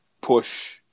push